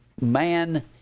man